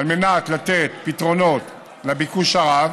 על מנת לתת פתרונות לביקוש הרב,